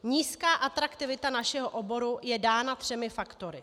Nízká atraktivita našeho oboru je dána třemi faktory.